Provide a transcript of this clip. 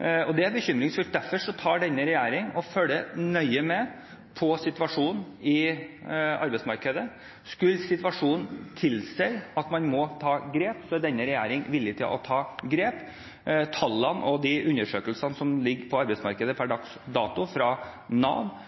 det er bekymringsfullt. Derfor følger regjeringen nøye med på situasjonen på arbeidsmarkedet. Skulle situasjonen tilsi at man må ta grep, er denne regjeringen villig til å ta grep. Tallene og de undersøkelsene som foreligger for arbeidsmarkedet per dags dato fra Nav,